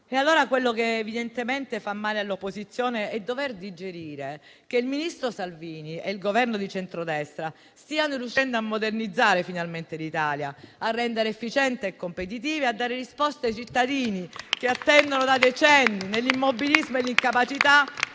Quello che evidentemente fa male all'opposizione è dover digerire che il ministro Salvini e il Governo di centrodestra stiano riuscendo a modernizzare finalmente l'Italia, a renderla efficiente e competitiva e a dare risposte ai cittadini che attendono da decenni nell'immobilismo e nell'incapacità